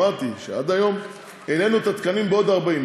אמרתי שעד היום העלינו את התקנים בעוד 40,